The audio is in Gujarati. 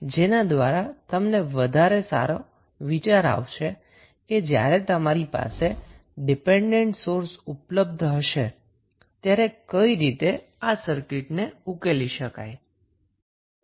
જેના દ્વારા તમને વધુ સારો વિચાર આવશે કે જયારે તમારી પાસે ડિપેન્ડન્ટ સોર્સ ઉપલબ્ધ હશે ત્યારે કઈ રીતે આ સર્કિટને ઉકેલી શકાય